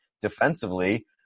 defensively